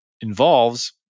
involves